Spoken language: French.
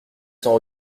sans